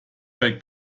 bei